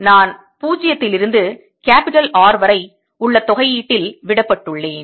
எனவே நான் 0லிருந்து கேப்பிட்டல் R வரை உள்ள தொகையீட்டில் விடப்பட்டுள்ளேன்